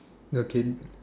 okay